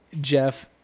jeff